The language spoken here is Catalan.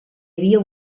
havia